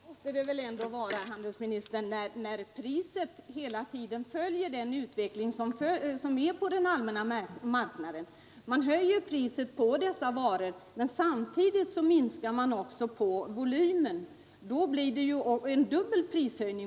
Fru talman! Men det måste det väl ändå vara, herr handelsminister, när priset hela tiden följer den utveckling som äger rum på den allmänna marknaden. Man höjer priset på varorna men minskar samtidigt volymen. Då blir det en dubbel prishöjning.